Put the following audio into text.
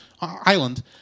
island